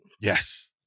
Yes